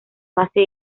base